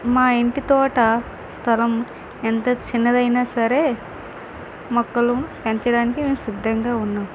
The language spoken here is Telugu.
మా ఇంటి తోట స్థలం ఎంత చిన్నదైనా సరే మొక్కలు పెంచడానికి మేం సిద్ధంగా ఉన్నాము